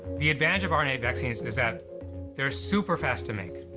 the advantage of rna vaccines is that they're super-fast to make,